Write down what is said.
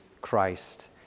Christ